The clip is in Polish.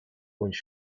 bądź